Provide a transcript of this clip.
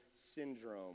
syndrome